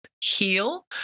heal